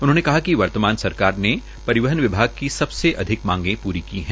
उन्होंने कहा कि वर्तमान सरकार ने परिवहन विभाग की सबसे अधिक मांगे पूरी की हैं